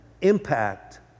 impact